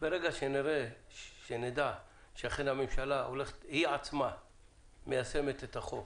ברגע שנדע שאכן הממשלה עצמה מיישמת את החוק